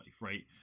Right